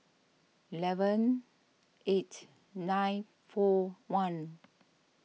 eleven eight nine four one